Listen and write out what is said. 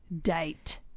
Date